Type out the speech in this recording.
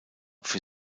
für